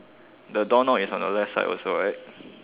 the door knob is on the left side also right